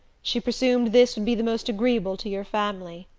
she presumed this would be the most agreeable to your family.